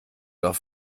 auf